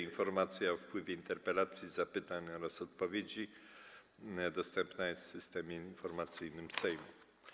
Informacja o wpływie interpelacji, zapytań oraz odpowiedzi na nie dostępna jest w Systemie Informacyjnym Sejmu.